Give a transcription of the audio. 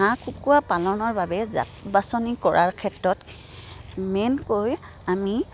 হাঁহ কুকুৰা পালনৰ বাবে জাত বাছনি কৰাৰ ক্ষেত্ৰত মেইনকৈ আমি